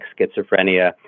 schizophrenia